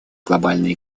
глобальной